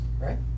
right